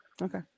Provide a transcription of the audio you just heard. Okay